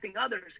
others